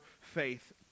faith